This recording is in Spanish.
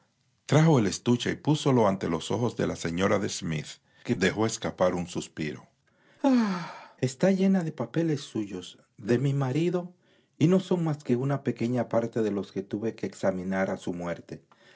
trajo el estuche y púsolo ante los ojos de la señora de smith que al abrirlo dejó escapar un suspiro está llena de papeles suyos de mi marido y no son más que una pequeña parte de los que tuve que examinar a su muerte